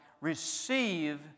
Receive